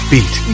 Beat